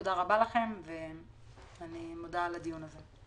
תודה רבה לכם ואני מודה על הדיון הזה.